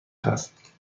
است